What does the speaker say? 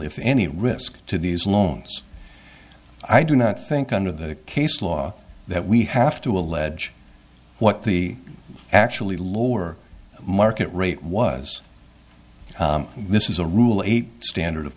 if any risk to these loans i do not think under the case law that we have to allege what the actually lower market rate was this is a rule eight standard of